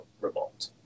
revolt